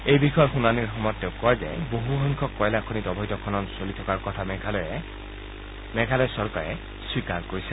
এই বিষয়ৰ শুনানিৰ সময়ত তেওঁ কয় যে বহুসংখ্যক কয়লাখনিত অবৈধ খনন চলি থকাৰ কথা মেঘালয় চৰকাৰে স্বীকাৰ কৰিছে